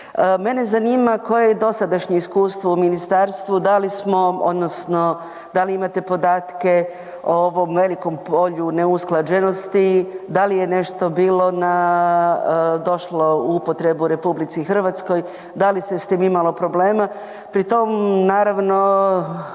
Mene zanima koje je dosadašnje iskustvo u ministarstvu odnosno da li imate podatke o ovom velikom polju neusklađenosti, da li je nešto došlo u upotrebu RH, da li se s tim imalo problema?